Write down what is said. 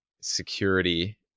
security